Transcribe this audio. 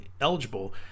eligible